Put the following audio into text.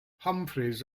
humphries